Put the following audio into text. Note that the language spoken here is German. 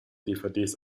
dvds